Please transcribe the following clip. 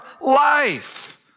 life